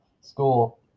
school